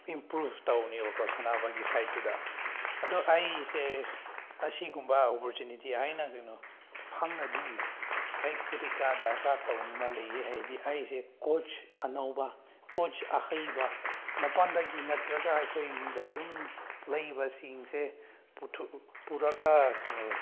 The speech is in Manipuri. ꯏꯝꯄ꯭ꯔꯨꯐ ꯇꯧꯅꯤꯕ ꯀꯣ ꯁꯥꯟꯅꯕꯒꯤ ꯁꯥꯏꯠꯇꯨꯗ ꯑꯗꯨ ꯑꯩꯁꯦ ꯑꯁꯤꯒꯨꯝꯕ ꯑꯣꯄꯣꯔꯆꯨꯅꯤꯇꯤ ꯑꯩꯅ ꯀꯩꯅꯣ ꯐꯪꯉꯗꯤ ꯑꯩ ꯀꯔꯤ ꯀꯔꯥ ꯗꯔꯀꯥꯔ ꯇꯧꯕ ꯂꯩꯌꯦ ꯍꯥꯏꯗꯤ ꯑꯩꯁꯦ ꯀꯣꯆ ꯑꯅꯧꯕ ꯀꯣꯆ ꯑꯍꯩꯕ ꯃꯄꯥꯟꯗꯒꯤ ꯅꯠꯇ꯭ꯔꯒ ꯑꯩꯈꯣꯏꯒꯤꯗ ꯑꯗꯨꯝ ꯂꯩꯕꯁꯤꯡꯁꯦ ꯄꯨꯔꯒ ꯀꯩꯅꯣ